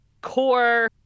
core